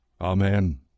Amen